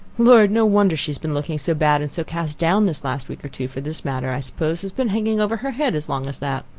lord! no wonder she has been looking so bad and so cast down this last week or two, for this matter i suppose has been hanging over her head as long as that.